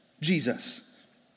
Jesus